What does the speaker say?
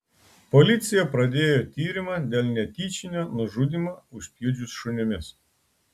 policija pradėjo tyrimą dėl netyčinio nužudymo užpjudžius šunimis